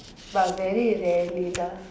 but very rarely lah